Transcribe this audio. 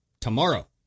tomorrow